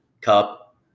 Cup